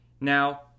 Now